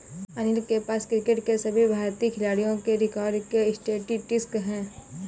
अनिल के पास क्रिकेट के सभी भारतीय खिलाडियों के रिकॉर्ड के स्टेटिस्टिक्स है